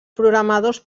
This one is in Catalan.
programadors